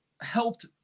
helped